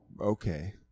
Okay